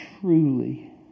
truly